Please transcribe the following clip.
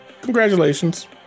Congratulations